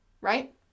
right